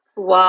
Wow